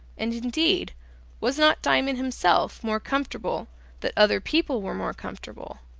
and indeed was not diamond himself more comfortable that other people were more comfortable?